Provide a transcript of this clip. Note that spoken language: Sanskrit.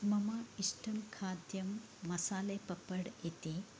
मम इष्टं खाद्यं मसालेपाप्पड् इति